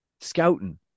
scouting